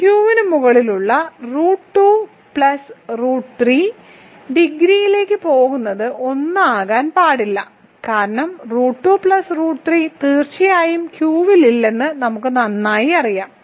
Q ന് മുകളിലുള്ള root 2 plus root 3 ഡിഗ്രിയിലേക്ക് പോകുന്നത് 1 ആകാൻ പാടില്ല കാരണം റൂട്ട് 2 പ്ലസ് റൂട്ട് 3 തീർച്ചയായും ക്യൂവിൽ ഇല്ലെന്ന് നമുക്ക് നന്നായി അറിയാം